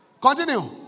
Continue